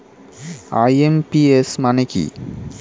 IMPS মানে কি?